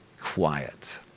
quiet